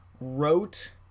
wrote